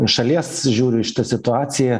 iš šalies žiūriu į šitą situaciją